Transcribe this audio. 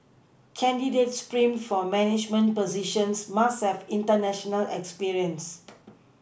candidates primed for management positions must have international experience